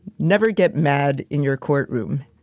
never get mad in your courtroom.